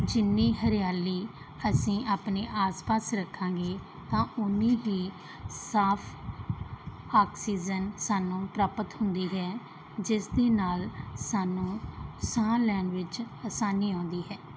ਜਿੰਨੀ ਹਰਿਆਲੀ ਅਸੀਂ ਆਪਣੇ ਆਸ ਪਾਸ ਰੱਖਾਂਗੇ ਤਾਂ ਉੰਨੀ ਹੀ ਸਾਫ਼ ਆਕਸੀਜਨ ਸਾਨੂੰ ਪ੍ਰਾਪਤ ਹੁੰਦੀ ਹੈ ਜਿਸ ਦੇ ਨਾਲ ਸਾਨੂੰ ਸਾਹ ਲੈਣ ਵਿੱਚ ਆਸਾਨੀ ਆਉਂਦੀ ਹੈ